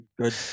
good